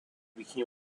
became